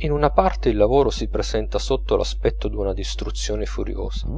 in una parte il lavoro si presenta sotto l'aspetto d'una distruzione furiosa